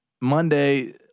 Monday